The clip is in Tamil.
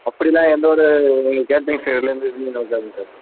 அப்படில்லாம் எந்த ஒரு எங்கள் கேட்ரிங்ஸ் இதுலேருந்து எதுவுமே நடக்காதுங்க சார்